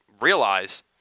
realize